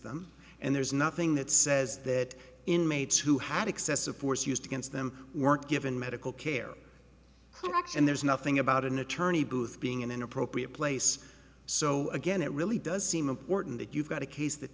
them and there's nothing that says that inmates who had excessive force used against them weren't given medical care to act and there's nothing about an attorney booth being in an appropriate place so again it really does seem important that you've got a case that